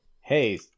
hey